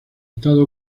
estado